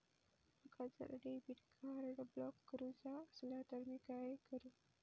माका जर debit card block करूचा असला तर मी काय करू?